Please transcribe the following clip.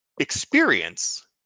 experience